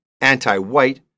anti-white